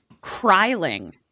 crying